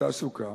והתעסוקה